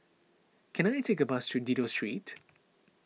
can I take a bus to Dido Street